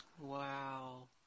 Wow